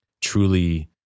truly